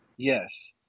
Yes